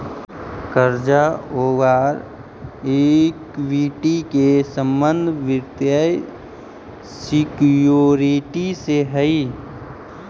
कर्जा औउर इक्विटी के संबंध वित्तीय सिक्योरिटी से हई